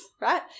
right